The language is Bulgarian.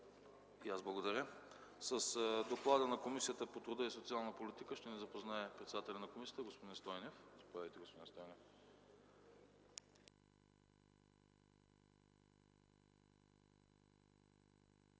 Благодаря. С доклада на Комисията по труда и социалната политика ще ни запознае председателят на комисията, господин Стойнев.